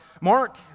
Mark